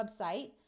website